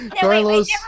Carlos